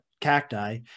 cacti